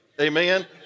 Amen